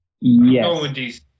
Yes